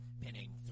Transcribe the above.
pinning